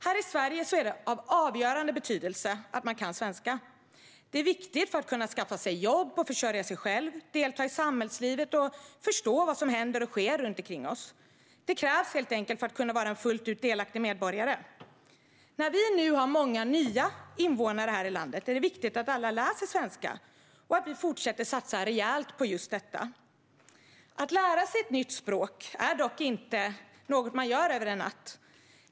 Här i Sverige är det av avgörande betydelse att man kan svenska. Det är viktigt för att vi ska kunna skaffa oss jobb, försörja oss själva, delta i samhällslivet och förstå vad som händer och sker omkring oss. Det krävs helt enkelt för att kunna vara en fullt ut delaktig medborgare. När vi nu har många nya invånare här i landet är det viktigt att alla lär sig svenska och att vi fortsätter att satsa rejält på just detta. Att lära sig ett nytt språk är dock inte något man gör över en natt.